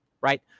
right